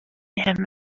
him